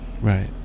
right